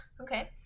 Okay